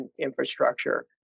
infrastructure